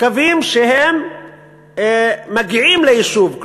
קווים שמגיעים ליישוב,